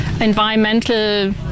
environmental